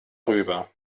rüber